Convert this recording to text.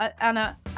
Anna